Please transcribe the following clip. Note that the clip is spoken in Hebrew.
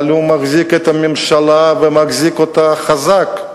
אבל הוא מחזיק את הממשלה, ומחזיק אותה חזק,